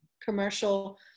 commercial